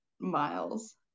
Miles